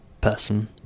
person